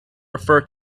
refer